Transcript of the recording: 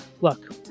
look